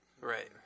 Right